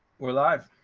we're live.